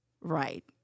right